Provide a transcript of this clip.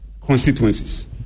constituencies